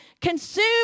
Consume